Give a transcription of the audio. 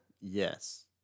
yes